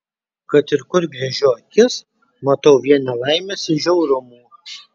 kad ir kur gręžiu akis matau vien nelaimes ir žiaurumą